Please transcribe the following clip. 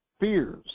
fears